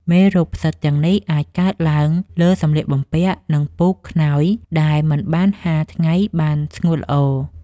មេរោគផ្សិតទាំងនេះអាចកើតឡើងលើសម្លៀកបំពាក់ និងពូក ខ្នើយ ដែលមិនបានហាលថ្ងៃឱ្យបានស្ងួតល្អ។